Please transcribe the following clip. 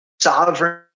Sovereign